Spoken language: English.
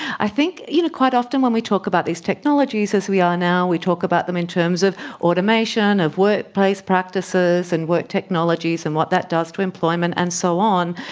i think you know quite often when we talk about these technologies, as we are now, we talk about them in terms of automation, of workplace practices and work technologies and what that does to employment and so on.